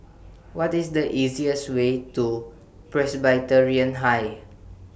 What IS The easiest Way to Presbyterian High